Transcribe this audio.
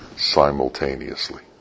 simultaneously